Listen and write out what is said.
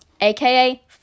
aka